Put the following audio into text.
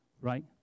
right